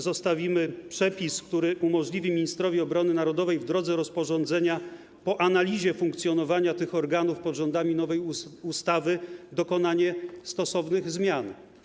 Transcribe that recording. Zostawimy przepis, który umożliwi ministrowi obrony narodowej w drodze rozporządzenia po analizie funkcjonowania tych organów pod rządami nowej ustawy dokonanie stosownych zmian.